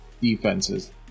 defenses